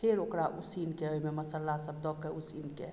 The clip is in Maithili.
फेर ओकरा उसीनके ओहिमे मसालासभ दऽ के उसीनके